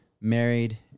married